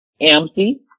empty